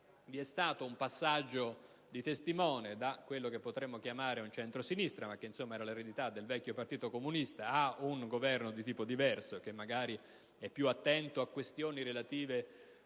Vi è stato il passaggio di testimone da quello che potremmo chiamare un centrosinistra, ma che insomma era l'eredità del vecchio partito comunista, a un Governo di tipo diverso, che magari è più attento a questioni relative